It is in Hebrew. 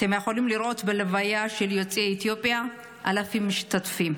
אתם יכולים לראות בלוויה של יוצאי אתיופיה אלפי משתתפים.